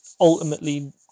ultimately